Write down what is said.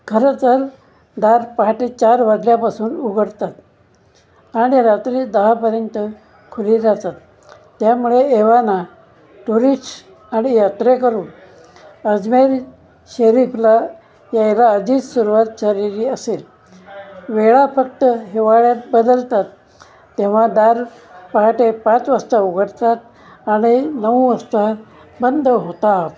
खरंतर दार पहाटे चार वाजल्यापासून उघडतात आणि रात्री दहापर्यंत खुली जातात त्यामुळे एव्हाना टुरिश आणि यात्रेकरू अजमेर शरीफला यायला आधीच सुरुवात झालेली असेल वेळा फक्त हिवाळ्यात बदलतात तेव्हा दार पहाटे पाच वाजता उघडतात आणि नऊ वाजता बंद होतात